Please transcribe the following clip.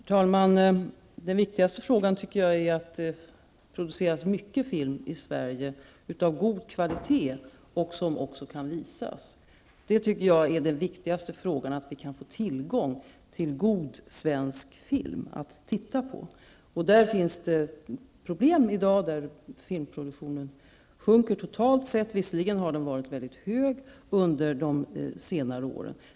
Herr talman! Det viktigaste är att det produceras mycket film i Sverige av god kvalitet som också kan visas. Jag tycker att det viktigaste är att vi kan få tillgång till god svensk film att titta på. Där finns det problem i dag. Filmproduktionen sjunker totalt sett. Visserligen har den varit mycket hög under senare år.